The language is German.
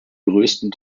größten